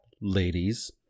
ladies